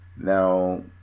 now